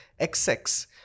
XX